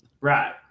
Right